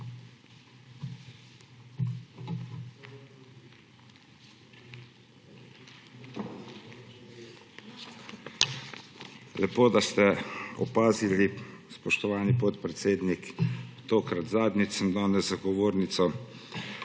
Lepo, da ste opazili, spoštovani podpredsednik, tokrat sem danes za govornico